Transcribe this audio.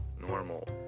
normal